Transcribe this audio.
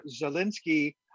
Zelensky